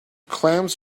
clams